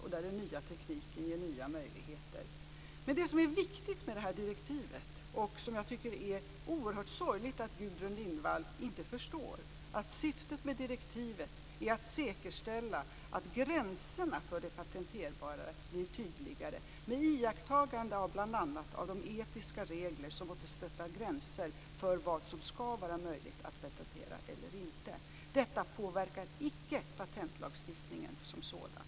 Det är sorgligt att Gudrun Lindvall inte förstår det viktiga här, nämligen att syftet med direktivet är att säkerställa att gränserna för det patenterbara blir tydligare, med iakttagande av bl.a. de etiska regler som sätter gränser för vad som skall vara möjligt att patentera. Detta påverkar inte patentlagstiftningen som sådan.